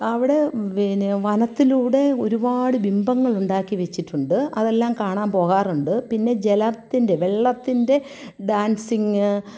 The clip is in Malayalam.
അവിടെ പിന്നെ വനത്തിലൂടെ ഒരുപാട് ബിംബങ്ങൾ ഉണ്ടാക്കി വെച്ചിട്ടുണ്ട് അതെല്ലാം കാണാൻ പോകാറുണ്ട് പിന്നെ ജലത്തിൻ്റെ വെള്ളത്തിൻ്റെ ഡാൻസിങ്